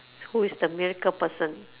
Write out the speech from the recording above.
who is the miracle person